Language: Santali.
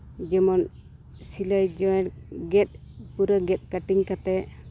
ᱡᱮᱢᱚᱱ ᱥᱤᱞᱟᱹᱭ ᱡᱚᱭᱮᱱᱴ ᱜᱮᱛ ᱯᱩᱨᱟᱹ ᱯᱩᱨᱟᱹ ᱜᱮᱛ ᱠᱟᱹᱴᱤᱝ ᱠᱟᱛᱮ